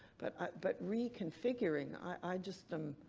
but but reconfiguring i just am.